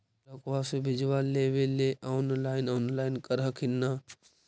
ब्लोक्बा से बिजबा लेबेले ऑनलाइन ऑनलाईन कर हखिन न?